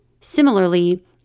Similarly